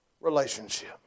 relationship